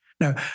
Now